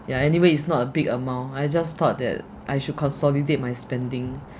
ya anyway it's not a big amount I just thought that I should consolidate my spending